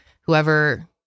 whoever